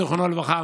זיכרונו לברכה,